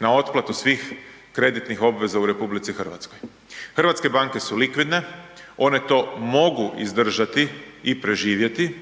na otplatu svih kreditnih obveza u RH. Hrvatske banke su likvidne, one to mogu izdržati i preživjeti,